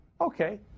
Okay